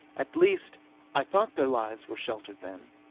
at least i thought their lives were sheltered then.